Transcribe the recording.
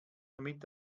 damit